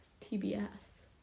TBS